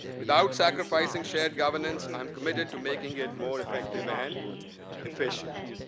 without sacrifice-shared governance, i am committed to making it more effective and efficient.